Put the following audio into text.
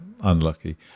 unlucky